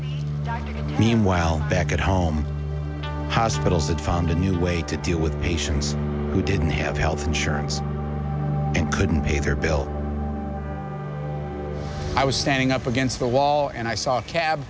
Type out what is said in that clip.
going meanwhile back at home hospital that found a new way to deal with patients who didn't have health insurance and couldn't pay their bills i was standing up against the wall and i saw a cab